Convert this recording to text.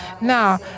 Now